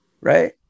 right